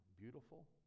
beautiful